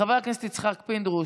חבר הכנסת יצחק פינדרוס,